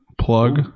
plug